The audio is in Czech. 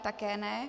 Také ne.